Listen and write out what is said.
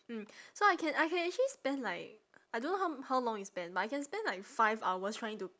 mm so I can I can actually spend like I don't know how how long you spend but I can spend like five hours trying to